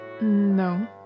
No